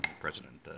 President